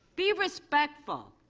be respectful.